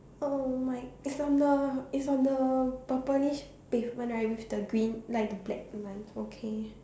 oh my it's on the it's on the purplish pavement right with the green like black line okay